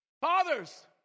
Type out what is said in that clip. Fathers